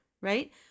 right